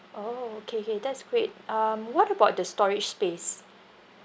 orh okay okay that's great um what about the storage space